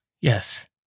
Yes